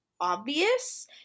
obvious